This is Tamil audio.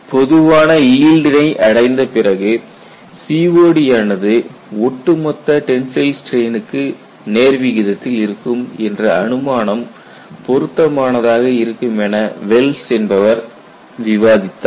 பொதுவான ஈல்டினை அடைந்தபிறகு COD ஆனது ஒட்டுமொத்த டென்சைல் ஸ்டிரெயினுக்கு நேர்விகிதத்தில் இருக்கும் என்ற அனுமானம் பொருத்தமானதாக இருக்கும் என வெல்ஸ் Well's என்பவர் விவாதித்தார்